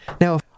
Now